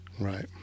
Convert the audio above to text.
Right